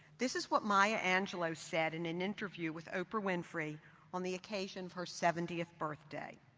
this is what maya angelou said in an interview with oprah winfrey on the occasion of her seventieth birthday.